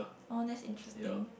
orh that's interesting